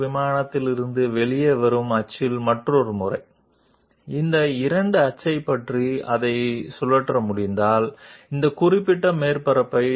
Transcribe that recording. మీరు 5 యాక్సిస్ మెషీన్ని కలిగి ఉంటే కట్టర్ను హారిజాంటల్ యాక్సిస్ చుట్టూ తిప్పవచ్చు ఒకసారి ఈ వైపు మరియు మరొకసారి ఇతర మార్గం ఒకసారి ఈ యాక్సిస్ వెంట మరియు మరొకసారి కాగితం యొక్క ప్లేన్ నుండి బయటకు వచ్చే యాక్సిస్ వెంట తిప్పవచ్చు